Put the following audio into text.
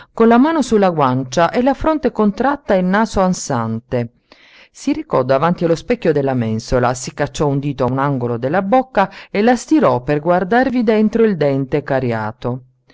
con la mano su la guancia e la fronte contratta e il naso ansante si recò davanti allo specchio della mensola si cacciò un dito a un angolo della bocca e la stirò per guardarvi dentro il dente cariato